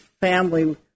family